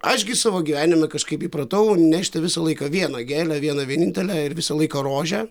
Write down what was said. aš gi savo gyvenime kažkaip įpratau nešti visą laiką vieną gėlę vieną vienintelę ir visą laiką rožę